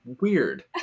weird